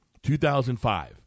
2005